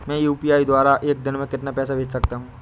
मैं यू.पी.आई द्वारा एक दिन में कितना पैसा भेज सकता हूँ?